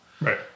Right